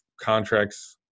contracts